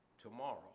tomorrow